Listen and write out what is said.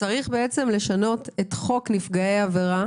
צריך בעצם לשנות את חוק נפגעי עבירה